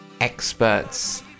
experts